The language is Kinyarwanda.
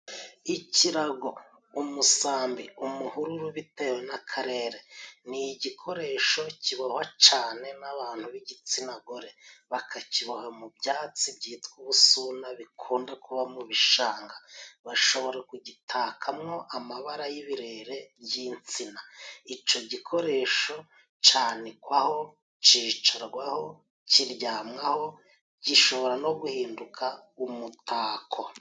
Ikirago, umusambi, umuhururu bitewe n'akarere ni igikoresho kibohwa cane n'abantu b'igitsina gore, bakakiboha mu byatsi byitwa ubusuna bikunda kuba mu bishanga, bashobora kugitakamwo amabara y'ibirere by'insina, ico gikoresho canikwaho, cicarwaho, kiryamwaho, gishobora no guhinduka umutako.